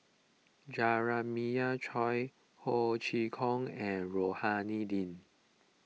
Jeremiah Choy Ho Chee Kong and Rohani Din